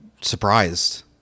surprised